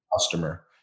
customer